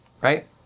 right